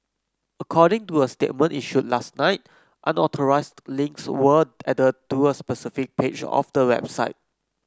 according to a statement issued last night unauthorised links were added to a specific page of the website